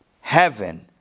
heaven